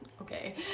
okay